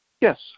Yes